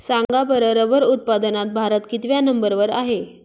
सांगा बरं रबर उत्पादनात भारत कितव्या नंबर वर आहे?